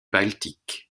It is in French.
baltique